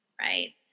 right